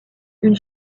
une